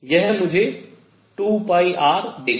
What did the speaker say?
यह मुझे 2πr देगा